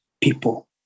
people